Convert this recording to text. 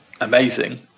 Amazing